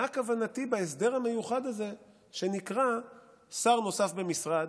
מה כוונתי בהסדר המיוחד הזה שנקרא שר נוסף במשרד,